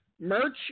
merch